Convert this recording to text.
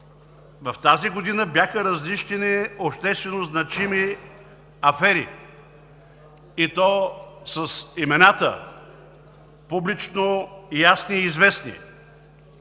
тази година бяха разнищени обществено значими афери, и то с имената – публично ясни и известни.